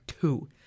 two